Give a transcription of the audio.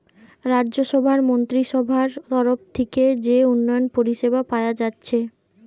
রাজ্যসভার মন্ত্রীসভার তরফ থিকে যে উন্নয়ন পরিষেবা পায়া যাচ্ছে